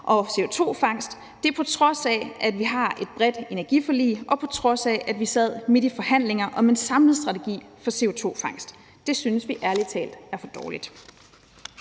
og CO2-fangst – på trods af at vi har et bredt energiforlig, og på trods af at vi sad midt i forhandlinger om en samlet strategi for CO2-fangst. Det synes vi ærlig talt er for dårligt.